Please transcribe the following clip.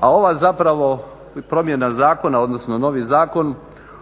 A ova zapravo promjena zakona odnosno novi zakon,